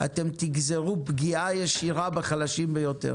אתם תגזרו פגיעה ישירה בחלשים ביותר.